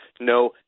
no